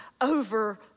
over